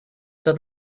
tot